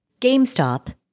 GameStop